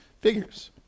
figures